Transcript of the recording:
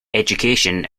education